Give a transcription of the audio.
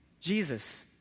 Jesus